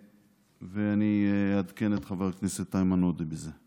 ואני אעדכן את חבר הכנסת איימן עודה בזה.